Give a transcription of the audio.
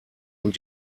und